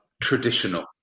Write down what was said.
traditional